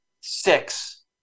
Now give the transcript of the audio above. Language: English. six